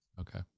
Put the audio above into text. Okay